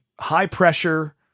high-pressure